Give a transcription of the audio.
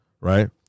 right